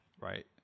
right